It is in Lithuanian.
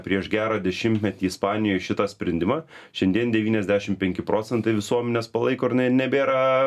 prieš gerą dešimtmetį ispanijoj šitą sprendimą šiandien devyniasdešim penki procentai visuomenės palaiko nebėra